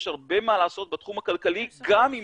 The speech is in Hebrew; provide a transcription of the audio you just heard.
יש הרבה מה לעשות בתחום הכלכלי גם אם